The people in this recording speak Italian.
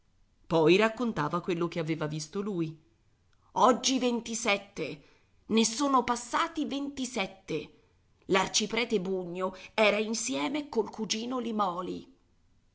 fanciullo poi raccontava quello che aveva visto lui oggi ventisette ne sono passati ventisette l'arciprete bugno era insieme col cugino limòli